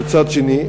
מצד שני?